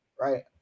right